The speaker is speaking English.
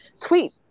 tweet